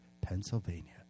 Pennsylvania